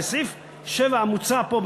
בסעיף 7 המוצע פה,